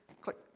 Click